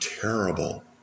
terrible